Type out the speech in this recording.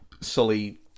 Sully